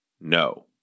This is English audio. No